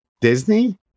Disney